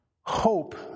Hope